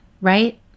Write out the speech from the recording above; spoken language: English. right